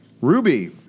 Ruby